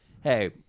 hey